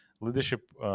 leadership